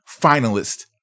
finalist